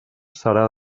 serà